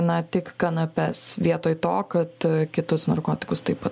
na tik kanapes vietoj to kad kitus narkotikus taip pat